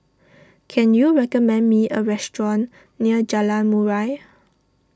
can you recommend me a restaurant near Jalan Murai